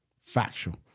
Factual